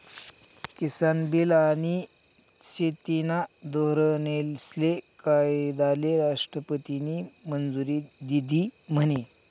किसान bill आनी शेतीना धोरनेस्ले कायदाले राष्ट्रपतीनी मंजुरी दिधी म्हने?